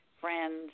friends